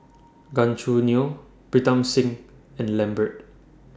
Gan Choo Neo Pritam Singh and Lambert